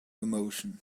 emotion